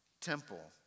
temple